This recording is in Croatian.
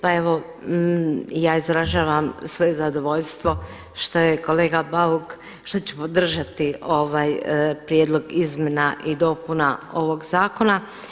Pa evo, ja izražavam svoje zadovoljstvo što je kolega Bauk, što ću podržati ovaj prijedlog izmjena i dopuna ovog zakona.